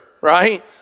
right